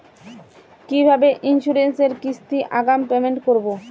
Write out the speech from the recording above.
কিভাবে ইন্সুরেন্স এর কিস্তি আগাম পেমেন্ট করবো?